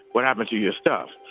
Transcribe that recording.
what happened to your stuff?